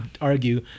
argue